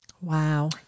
Wow